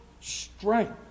strength